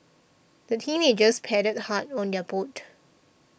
the teenagers paddled hard on their boat